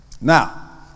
Now